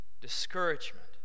discouragement